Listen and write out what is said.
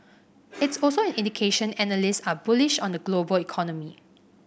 it's also an indication analysts are bullish on the global economy